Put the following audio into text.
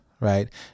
Right